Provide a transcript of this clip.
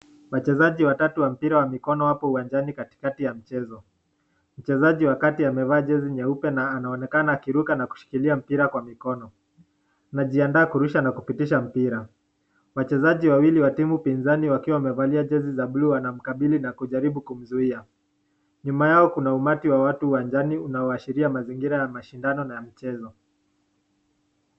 Wachezaji watatu wa mpira wa mikono wapo uwanjani katikati ya mchezo. Mchezaji wa kati amevaa jezi nyeupe na anaonekana akiruka na kushikilia mpira kwa mikono. Anajiandaa kurusha na kupitisha mpira. Wachezaji wawili wa timu pinzani wakiwa wamevalia jezi za bluu wanamkabili na kujaribu kumzuia. Nyuma yao kuna umati wa watu uwanjani unaoashiria mazingira ya mashindano na mchezo.